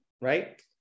right